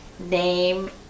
name